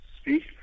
speak